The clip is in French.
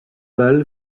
balle